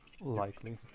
Likely